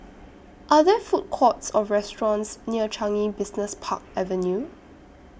Are There Food Courts Or restaurants near Changi Business Park Avenue